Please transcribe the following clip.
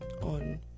on